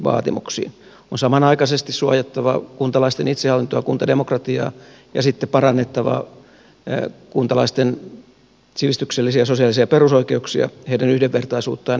on samanaikaisesti suojattava kuntalaisten itsehallintoa kuntademokratiaa ja sitten parannettava kuntalaisten sivistyksellisiä ja sosiaalisia perusoikeuksia heidän yhdenvertaisuuttaan yli kuntarajojen